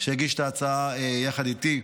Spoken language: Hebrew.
שהגיש את ההצעה יחד איתי.